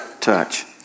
touch